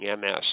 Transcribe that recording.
MS